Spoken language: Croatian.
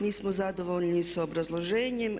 Nismo zadovoljni sa obrazloženjem.